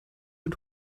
und